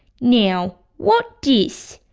now, what this?